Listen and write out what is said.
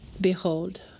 Behold